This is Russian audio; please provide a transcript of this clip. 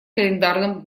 календарным